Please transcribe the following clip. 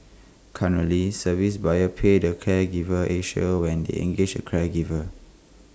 currently service buyers pay to Caregiver Asia when they engage A caregiver